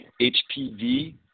HPV